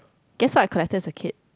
guess what I collected as a kid